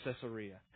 Caesarea